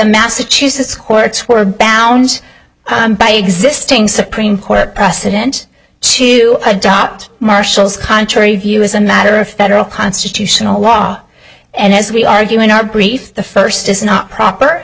massachusetts courts were bound by existing supreme court precedent to adopt marshall's contrary view as a matter of federal constitutional law and as we argue in our brief the first is not proper